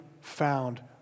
found